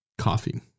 coffee